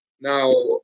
Now